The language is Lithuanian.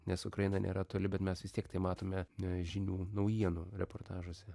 nes ukraina nėra toli bet mes vis tiek tai matome žinių naujienų reportažuose